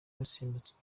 basimbutse